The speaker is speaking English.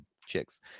chicks